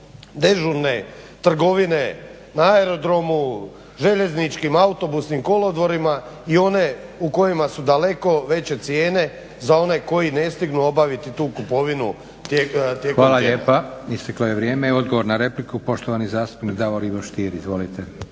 dežurne trgovine na aerodromu, željezničkim, autobusnim kolodvorima i one u kojima su daleko veće cijene za one koji ne stignu obaviti tu kupovinu tijekom tjedna. **Leko, Josip (SDP)** Hvala lijepa. Isteklo je vrijeme. I odgovor na repliku, poštovani zastupnik Davor Ivo Stier. Izvolite.